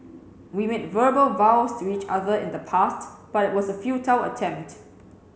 we made verbal vows to each other in the past but it was a futile attempt